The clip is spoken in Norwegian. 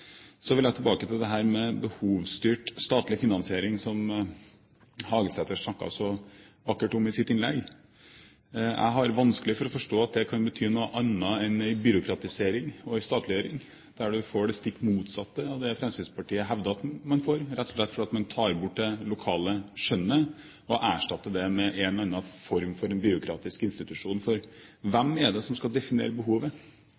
Så vil jeg tilbake til behovsstyrt statlig finansiering, som Hagesæter snakket så vakkert om i sitt innlegg. Jeg har vanskelig for å forstå at det kan bety noe annet enn en byråkratisering og en statliggjøring, der du får det stikk motsatte av det Fremskrittspartiet hevder at man får, rett og slett for at man tar bort det lokale skjønnet og erstatter det med en eller annen form for byråkratisk institusjon. For hvem er det som skal definere behovet?